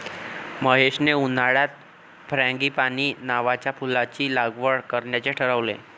महेशने उन्हाळ्यात फ्रँगीपानी नावाच्या फुलाची लागवड करण्याचे ठरवले